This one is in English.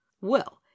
Well